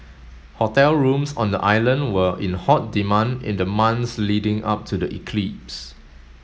hotel rooms on the island were in hot demand in the months leading up to the eclipse